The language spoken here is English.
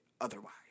otherwise